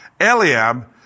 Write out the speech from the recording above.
Eliab